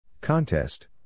Contest